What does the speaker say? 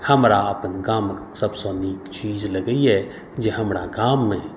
हमरा अपन गामक सभसँ नीक चीज लगैए जे हमरा गाममे